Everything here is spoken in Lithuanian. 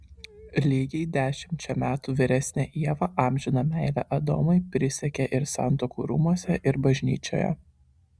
lygiai dešimčia metų vyresnė ieva amžiną meilę adomui prisiekė ir santuokų rūmuose ir bažnyčioje